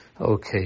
Okay